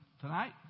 tonight